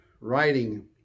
writing